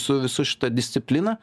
su visu šita disciplina